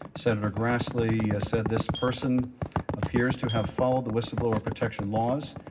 senator grassley said this person appears to have followed the whistleblower protection laws,